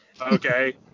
okay